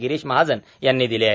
गिरीश महाजन यांनी दिले आहेत